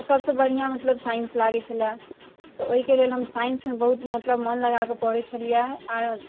तऽ सबसँ बढ़िआँ मतलब साइन्स लागै छलै तऽ ओहिके लेल हम साइन्समे बहुत मतलब मन लगाके पढ़ै छलिए आओर